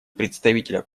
представителя